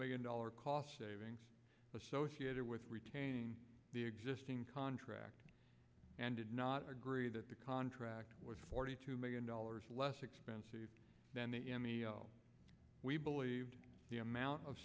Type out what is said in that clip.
million dollars cost savings associated with retaining the existing contract and did not agree that the contract was forty two million dollars less expensive than the we believed the amount of